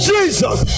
Jesus